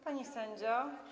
Pani Sędzio!